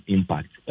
Impact